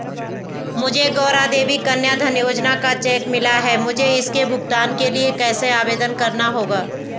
मुझे गौरा देवी कन्या धन योजना का चेक मिला है मुझे इसके भुगतान के लिए कैसे आवेदन करना होगा?